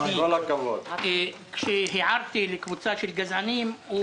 כשהערתי לקבוצה של גזענים,